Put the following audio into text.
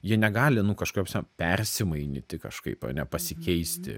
jie negali nu kažkokia prasme persimainyti kažkaip ane nepasikeisti